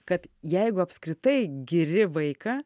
kad jeigu apskritai giri vaiką